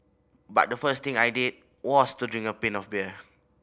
but the first thing I did was to drink a pint of beer